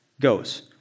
goes